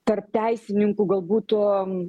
tarp teisininkų gal būtų